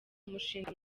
umushinga